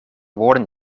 woorden